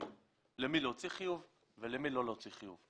למי להוציא חיוב ולמי לא להוציא חיוב.